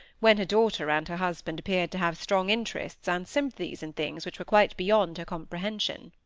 when her daughter and her husband appeared to have strong interests and sympathies in things which were quite beyond her comprehension.